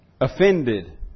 Offended